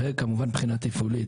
וכמובן בחינה תפעולית,